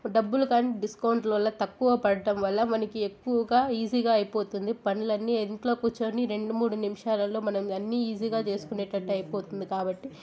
డబ్బులు కానీ డిస్కౌంట్ వల్ల తక్కువ పడటం వల్ల మనకి ఎక్కువగా ఈజీగా అయిపోతుంది పనులన్నీ ఇంట్లో కూర్చొని రెండు మూడు నిమిషాలలో మనం అన్నీ ఈజీగా చేసుకునేటట్టు అయిపోతుంది కాబట్టి